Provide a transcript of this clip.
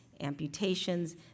amputations